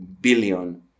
billion